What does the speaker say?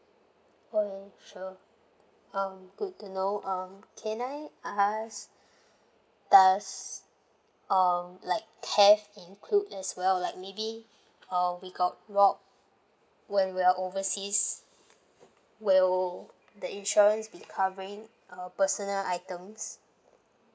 okay sure um good to know um can I ask does um like theft include as well like maybe uh we got robbed when we are overseas will the insurance be covering uh personal items